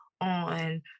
on